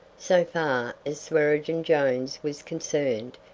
so far as swearengen jones was concerned,